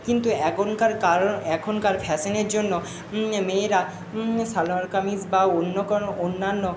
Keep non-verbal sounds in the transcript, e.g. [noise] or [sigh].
কিন্তু এখনকার [unintelligible] এখনকার ফ্যাশানের জন্য মেয়েরা সালোয়ার কামিজ বা অন্য কোনো অন্যান্য